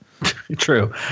True